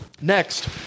Next